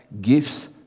gifts